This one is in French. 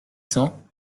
cents